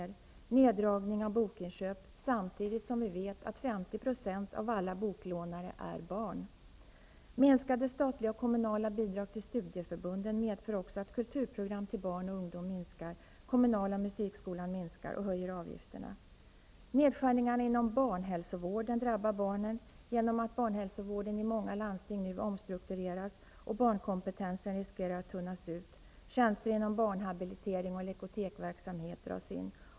Det blir neddragning av bokinköp -- samtidigt som vi vet att 50 % av alla boklånare är barn. Minskade statliga och kommunala bidrag till studieförbunden medför också att kulturprogram till barn och ungdom minskar. Kommunala musikskolan minskar verksamheten och höjer avgifterna. Nedskärningarna inom barnhälsovården drabbar barnen genom att barnhälsovården i många landsting nu omstruktureras, och barnkompetensen riskerar att tunnas ut. Tjänster inom barnhabilitering och lekotekverksamhet dras in.